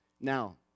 Now